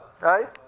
Right